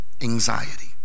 anxiety